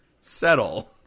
settle